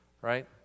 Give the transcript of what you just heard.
right